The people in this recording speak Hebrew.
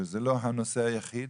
זה לא הנושא היחיד